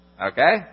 Okay